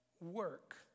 work